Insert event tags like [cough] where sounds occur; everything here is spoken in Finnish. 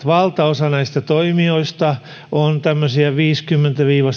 [unintelligible] valtaosa näistä toimijoista on tämmöisiä viidenkymmenen viiva [unintelligible]